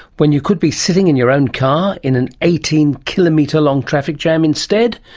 when you could be sitting in your own car in an eighteen km but long traffic jam instead?